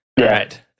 Right